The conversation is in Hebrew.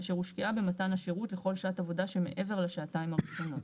אשר הושקעה במתן השירות לכל שעת עבודה שמעבר לשעתיים הראשונות.